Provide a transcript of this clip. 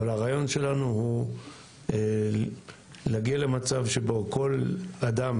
אבל הרעיון שלנו הוא להגיע למצב שבו כל אדם